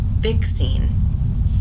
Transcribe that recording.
fixing